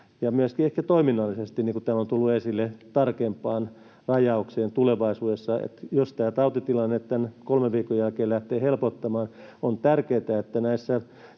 ehkä toiminnallisesti, niin kuin täällä on tullut esille, tarkempaan rajaukseen tulevaisuudessa. Jos tämä tautitilanne tämän kolmen viikon jälkeen lähtee helpottamaan, on tärkeätä, että